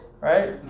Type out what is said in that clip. Right